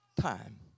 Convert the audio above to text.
time